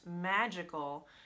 magical